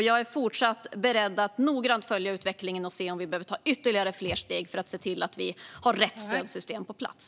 Jag är beredd att noggrant följa utvecklingen och se om vi behöver ta ytterligare fler steg för att få rätt stödsystem på plats.